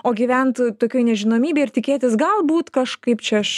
o gyvent tokioj nežinomybėj ir tikėtis galbūt kažkaip čia aš